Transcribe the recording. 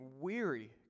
weary